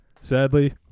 Sadly